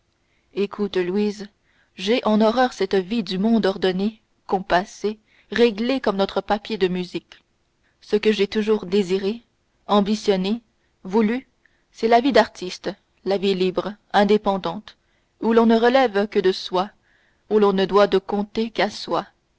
écoute louise j'ai en horreur cette vie du monde ordonnée compassée réglée comme notre papier de musique ce que j'ai toujours désiré ambitionné voulu c'est la vie d'artiste la vie libre indépendante où l'on ne relève que de soi où l'on ne doit de compte qu'à